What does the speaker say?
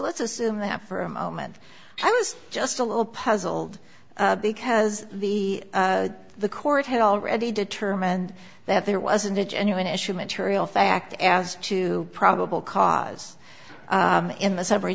let's assume that for a moment i was just a little puzzled because the the court had already determined that there wasn't a genuine issue material fact as to probable cause in the subway